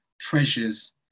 treasures